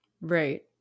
Right